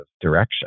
direction